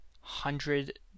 hundred